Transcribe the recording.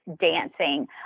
dancing